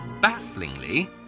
Bafflingly